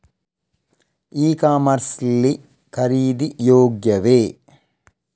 E commerce ಲ್ಲಿ ಖರೀದಿ ಯೋಗ್ಯವೇ?